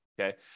Okay